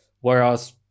whereas